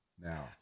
Now